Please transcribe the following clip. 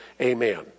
amen